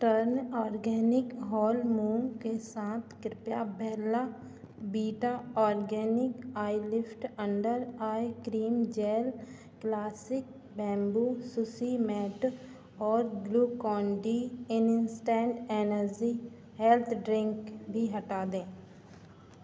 turn organic whole मूँग के साथ कृपया Bella Vita organic eyelift under eye cream gel classic bamboo sushi mat और Glucon D instant energy health drink भी हटा दें